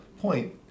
point